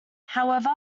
however